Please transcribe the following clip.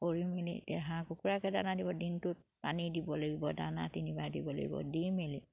কৰি মেলি এতিয়া হাঁহ কুকুৰাকে দানা দিব দিনটোত পানী দিব লাগিব দানা তিনিবাৰ দিব লাগিব দি মেলি